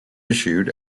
issued